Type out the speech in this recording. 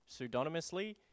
pseudonymously